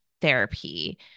therapy